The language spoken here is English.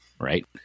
right